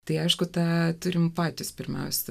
tai aišku tą turime patys pirmiausia